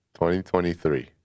2023